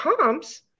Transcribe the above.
comps